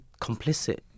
complicit